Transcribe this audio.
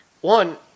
One